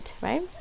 Right